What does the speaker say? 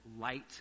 light